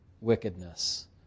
wickedness